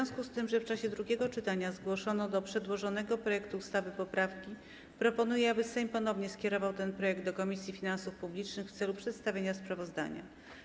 W związku z tym, że w czasie drugiego czytania zgłoszono do przedłożonego projektu ustawy poprawki, proponuję, aby Sejm ponownie skierował ten projekt do Komisji Finansów Publicznych w celu przedstawienia sprawozdania.